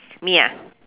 me ah